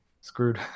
screwed